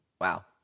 Wow